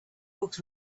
books